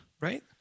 Right